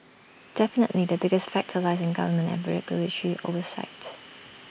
definitely the biggest factor lies in government and regulatory oversight